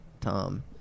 Tom